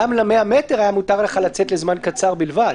גם ל-100 מטר היה מותר לך לצאת לזמן קצר בלבד.